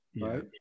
right